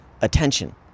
attention